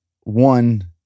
one